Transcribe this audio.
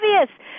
Obvious